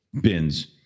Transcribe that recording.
bins